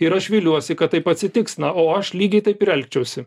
ir aš viliuosi kad taip atsitiks na o aš lygiai taip ir elgčiausi